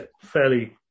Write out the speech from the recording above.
Fairly